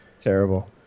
Terrible